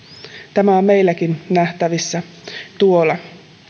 tämä on tuolla meilläkin nähtävissä